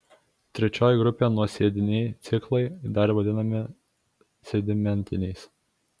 trečioji grupė nuosėdiniai ciklai dar vadinami sedimentiniais